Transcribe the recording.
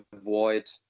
avoid